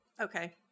Okay